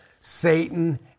Satan